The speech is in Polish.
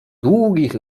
długich